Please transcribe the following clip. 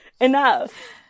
enough